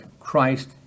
Christ